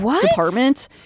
department